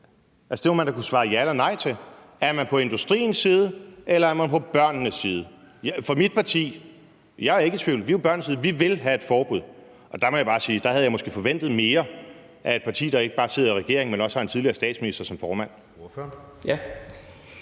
Det må man da kunne svare ja eller nej til. Er man på industriens side, eller er man på børnenes side? Mit parti og jeg er ikke i tvivl, vi er på børnenes side: Vi vil have et forbud. Der må jeg sige, at jeg måske havde forventet mere af et parti, der ikke bare sidder i regering, men også har en tidligere statsminister som formand.